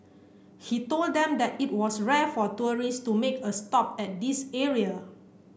he told them that it was rare for tourist to make a stop at this area